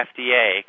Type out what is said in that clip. FDA